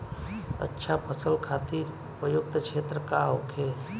अच्छा फसल खातिर उपयुक्त क्षेत्र का होखे?